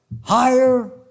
higher